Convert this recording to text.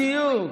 בדיוק.